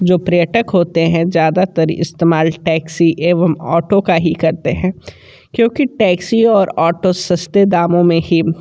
जो पर्यटक होते हैं ज़्यादातर इस्तेमाल टैक्सी एवं ऑटो का ही करते हैं क्योंकि टैक्सी और ऑटो सस्ते दामों में ही